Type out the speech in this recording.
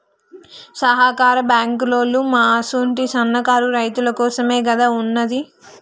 సహకార బాంకులోల్లు మా అసుంటి సన్నకారు రైతులకోసమేగదా ఉన్నది